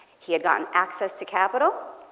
he had gotten access to capital.